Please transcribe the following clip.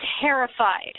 terrified